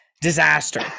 disaster